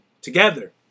together